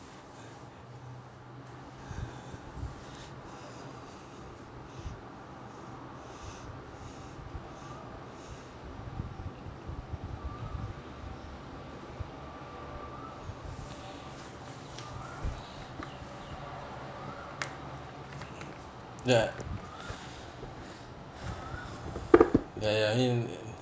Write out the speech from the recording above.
ya ya ya I mean